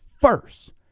first